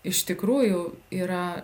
iš tikrųjų yra